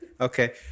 Okay